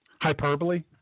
hyperbole